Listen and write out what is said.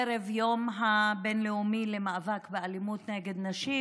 ערב היום הבין-לאומי למאבק באלימות נגד נשים,